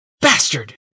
Bastard